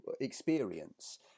experience